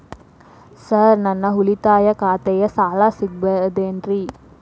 Sir ನನ್ನ ಉಳಿತಾಯ ಖಾತೆಯ ಸಾಲ ಸಿಗಬಹುದೇನ್ರಿ?